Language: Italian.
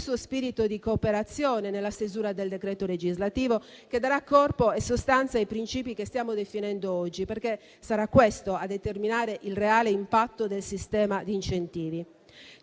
spirito di cooperazione nella stesura del decreto legislativo che darà corpo e sostanza ai principi che stiamo definendo oggi, perché sarà questo a determinare il reale impatto del sistema di incentivi.